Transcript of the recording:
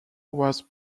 was